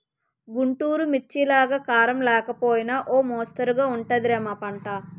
గుంటూరు మిర్చిలాగా కారం లేకపోయినా ఓ మొస్తరుగా ఉంటది రా మా పంట